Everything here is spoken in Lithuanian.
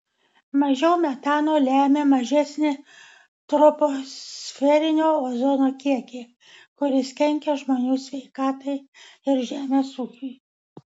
mažiau metano lemia mažesnį troposferinio ozono kiekį kuris kenkia žmonių sveikatai ir žemės ūkiui